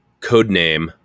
Codename